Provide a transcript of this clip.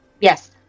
Yes